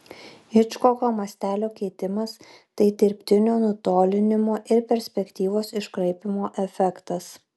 hičkoko mastelio keitimas tai dirbtinio nutolinimo ir perspektyvos iškraipymo efektas